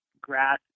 grass